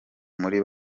muri